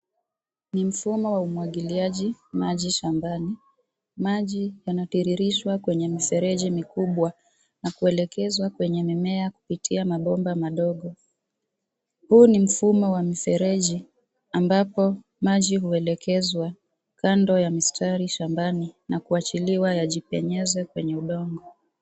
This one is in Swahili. Ni mfumo wa umwagiliaji maji shambani, maji yanatiririshwa kwenye mifereji mikubwa, na kuelekezwa kwenye mimea kupitia mabomba madogo. Huu ni mfumo wa mfereji, ambapo maji huelekezwa, kando ya mistari shambani na kuachiliwa yajipenyeze kwenye udongo.